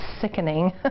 Sickening